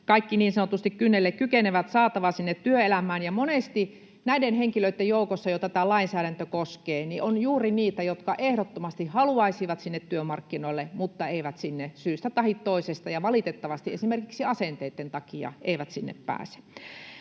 kaikki niin sanotusti kynnelle kykenevät saatava sinne työelämään. Monesti näiden henkilöiden joukossa, jota tämä lainsäädäntö koskee, on juuri niitä, jotka ehdottomasti haluaisivat työmarkkinoille mutta eivät sinne syystä tahi toisesta ja valitettavasti esimerkiksi asenteiden takia pääse.